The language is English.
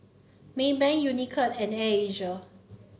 Maybank Unicurd and Air Asia